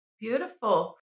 Beautiful